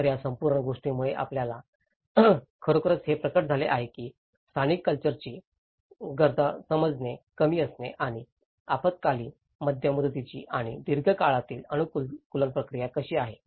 तर या संपूर्ण गोष्टीमुळे आम्हाला खरोखरच हे प्रकट झाले की स्थानिक कल्चरली गरजा समजणे कमी असणे आणि अल्पकालीन मध्यम मुदतीची आणि दीर्घ काळातील अनुकूलन प्रक्रिया कशी आहे